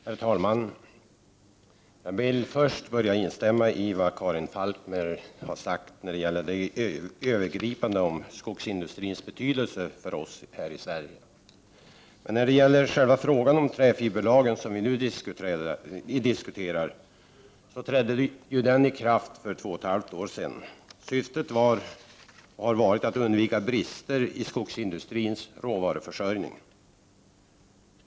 Herr talman! Jag ber först att få instämma i vad Karin Falkmer övergripande har sagt om skogsindustrins betydelse för oss i Sverige. Träfiberlagen, som vi nu diskuterar, trädde i kraft för två och ett halvt år sedan. Syftet var att undvika brister i skogsindustrins råvaruförsörjning.